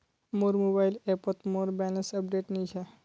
मोर मोबाइल ऐपोत मोर बैलेंस अपडेट नि छे